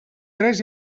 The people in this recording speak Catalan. tres